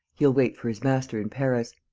he'll wait for his master in paris.